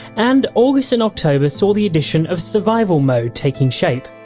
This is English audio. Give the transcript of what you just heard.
and august and october saw the addition of survival mode taking shape.